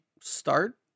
start